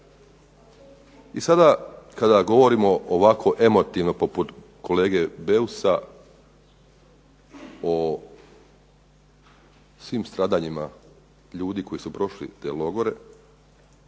I sada kada govorimo ovako emotivno poput kolege Beusa o svim stradanjima ljudi koji su prošli te logore